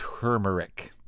Turmeric